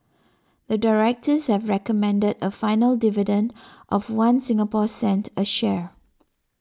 the directors have recommended a final dividend of One Singapore cent a share